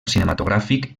cinematogràfic